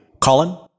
Colin